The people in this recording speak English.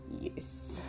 Yes